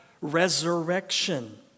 resurrection